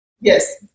Yes